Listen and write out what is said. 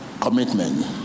Commitment